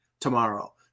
tomorrow